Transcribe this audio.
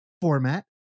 format